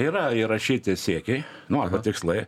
yra įrašyti siekiai nu arba tikslai